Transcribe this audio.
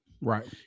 Right